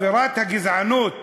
אווירת הגזענות